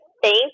thank